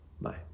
Bye